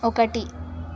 ఒకటి